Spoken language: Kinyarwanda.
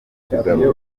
kugaruka